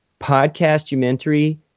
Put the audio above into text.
Podcastumentary